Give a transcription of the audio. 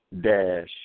dash